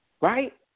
right